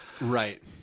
Right